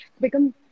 become